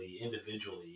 individually